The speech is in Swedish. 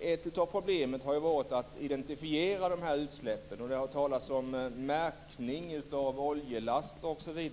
Ett av problemen har ju varit att identifiera de här utsläppen. Det har talats om märkning av oljelaster osv.